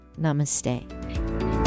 namaste